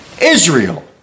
Israel